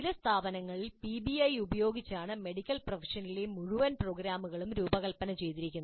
ചില സ്ഥാപനങ്ങളിൽ പിബിഐ ഉപയോഗിച്ചാണ് മെഡിക്കൽ പ്രൊഫഷണലിലെ മുഴുവൻ പ്രോഗ്രാമുകളും രൂപകൽപ്പന ചെയ്തിരിക്കുന്നത്